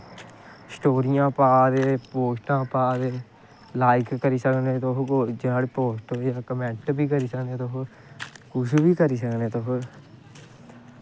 स्टोरियां पा'रदे पोस्टां पा'रदे लाइक करी सकने तुस पोस्ट कमैंट बी करी सकने तुस कुछ बी करी सकने तुस